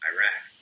Iraq